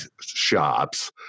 shops